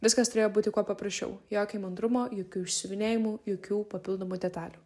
viskas turėjo būti kuo paprasčiau jokio įmantrumo jokių išsiuvinėjimų jokių papildomų detalių